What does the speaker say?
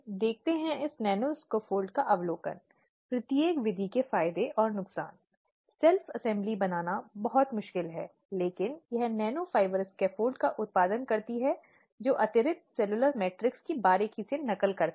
एक दूसरे के साथ सामना अब कुछ स्थितियों में आम तौर पर जब यह जांच जिरह करने की बात आती है तो यह वह पक्ष है जो दूसरे से जिरह करता है